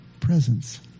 Presence